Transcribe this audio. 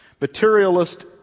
Materialist